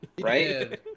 right